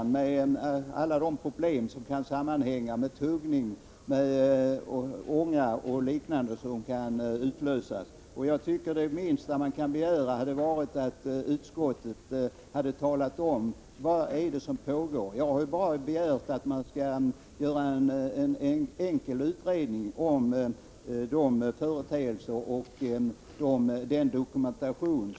Då får man alla de problem som sammanhänger med tuggning, ånga m.m. Det kan alltså bli fråga om utlösning. Det minsta man kunnat begära hade, enligt min mening, varit att utskottet talat om vad som pågår. Jag har bara begärt en enkel utredning om föreliggande förhållanden och dokumentation.